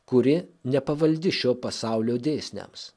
kuri nepavaldi šio pasaulio dėsniams